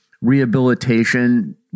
rehabilitation